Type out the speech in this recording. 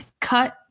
cut